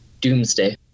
Doomsday